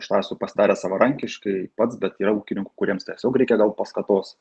aš tą esu pasidaręs savarankiškai pats bet yra ūkininkų kuriems tiesiog reikia gal paskatos